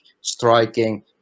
striking